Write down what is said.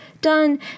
done